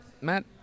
Matt